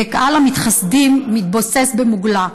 וקהל המתחסדים מתבוסס במוגלה.